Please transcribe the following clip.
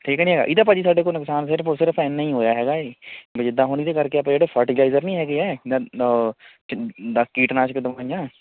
ਠੀਕ ਨਹੀਂ ਹੈਗਾ ਇਹਦਾ ਭਾਅ ਜੀ ਸਾਡੇ ਕੋਲ ਨੁਕਸਾਨ ਸਿਰਫ਼ ਔਰ ਸਿਰਫ਼ ਇੰਨਾਂ ਹੀ ਹੋਇਆ ਹੈਗਾ ਹੈ ਵੀ ਜਿੱਦਾਂ ਹੁਣ ਇਹਦੇ ਕਰਕੇ ਆਪਾਂ ਜਿਹੜੇ ਫਰਟੀਲਾਈਜ਼ਰ ਨਹੀਂ ਹੈਗੇ ਹੈ ਕੀਟਨਾਸ਼ਕ ਦਵਾਈਆਂ